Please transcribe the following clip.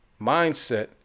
mindset